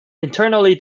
internally